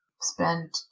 spend